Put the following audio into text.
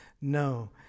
no